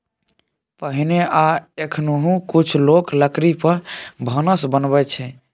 पहिने आ एखनहुँ कुछ लोक लकड़ी पर भानस बनबै छै